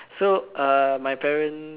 so uh my parents